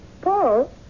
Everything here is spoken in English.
Paul